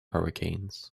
hurricanes